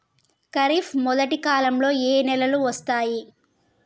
ఖరీఫ్ మొదటి కాలంలో ఏ నెలలు వస్తాయి?